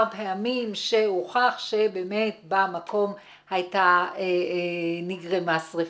פעמים שהוכח באמת שבמקום נגרמה שריפה,